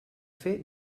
fer